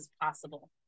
possible